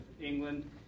England